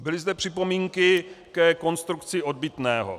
Byly zde připomínky ke konstrukci odbytného.